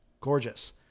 gorgeous